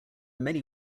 many